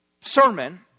sermon